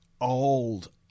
old